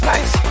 Nice